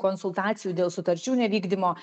konsultacijų dėl sutarčių nevykdymo